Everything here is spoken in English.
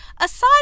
Aside